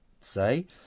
say